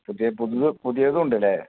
പുതിയ പുതിയ പുതിയതും ഉണ്ടല്ലേ